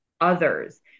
others